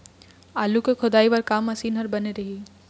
आलू के खोदाई बर का मशीन हर बने ये?